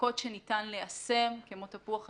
ירקות שניתן לאחסן, כמו תפוח אדמה,